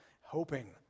hoping